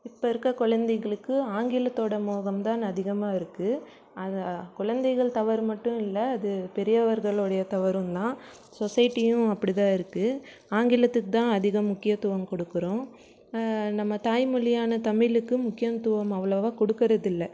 இப்போ இருக்கற கொழந்தைகளுக்கு ஆங்கிலத்தோடய மோகம் தான் அதிகமாக இருக்குது குழந்தைகள் தவறு மட்டும் இல்லை அது பெரியவர்களுடைய தவறும் தான் சொசைட்டியும் அப்படிதான் இருக்குது ஆங்கிலத்துக்குதான் அதிக முக்கியத்துவம் கொடுக்கிறோம் நம்ம தாய்மொழியான தமிழுக்கு முக்கியத்துவம் அவ்வளவாக கொடுக்குறதில்ல